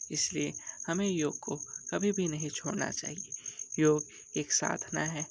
इसलिए हमें योग को कभी भी नहीं छोड़ना चाहिए योग एक साधना है